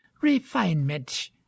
refinement